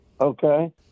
Okay